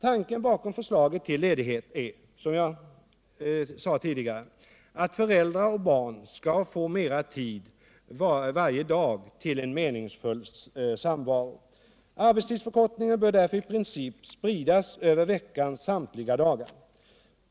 Tanken bakom förslaget till ledighet är som jag sade tidigare —att föräldrar och barn skall få mera tid varje dag till en meningsfull samvaro. Arbetstidsförkortningen bör därför i princip spridas över arbetsveckans samtliga dagar.